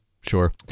Sure